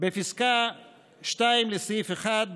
בפסקה (2) לסעיף 1,